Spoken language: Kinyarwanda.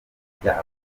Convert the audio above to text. ibyaha